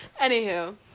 Anywho